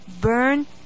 burn